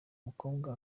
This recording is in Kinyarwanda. mukobwa